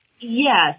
Yes